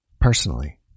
personally